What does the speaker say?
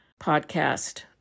podcast